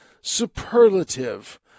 superlative